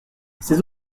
ces